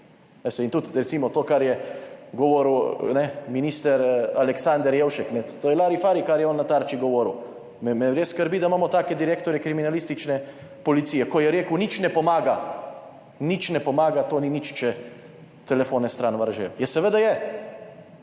in tudi recimo, to, kar je govoril minister Aleksander Jevšek, to je lari fari, kar je on na Tarči govoril, me res skrbi, da imamo take direktorje kriminalistične policije, ko je rekel, nič ne pomaga, nič ne pomaga, to ni nič, če telefone stran vržejo. Ja, seveda je,